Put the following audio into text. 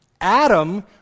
Adam